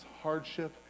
hardship